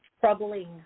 troubling